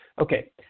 Okay